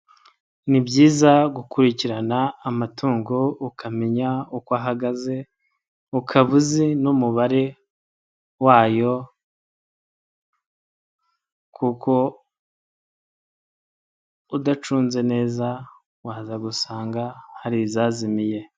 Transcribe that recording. Ni byiza gukurikirana amatungo ukamenya uko ahagaze ukaba uzi n'umubare wayo kuko udacunze neza waza gusanga hari izazimiye.